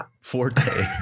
Forte